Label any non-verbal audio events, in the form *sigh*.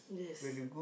yes *noise*